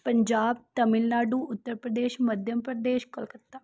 Punjab Tamil Nadu Uttar Pradesh Madhya Pradesh Kolkata